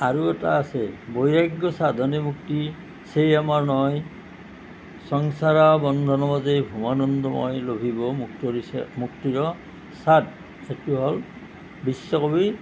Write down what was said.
আৰু এটা আছে বৈৰাগ্য সাধনে মুক্তি সেই আমাৰ নয় সংসাৰ বন্ধন মাঝে ভৱানন্দময় লভিব মুক্তৰি মুক্তিৰ স্বাদ এইটো হ'ল বিশ্ব কবি